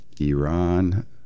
Iran